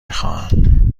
خواهم